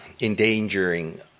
endangering